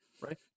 right